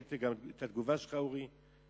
ראיתי גם את התגובה שלך, אורי,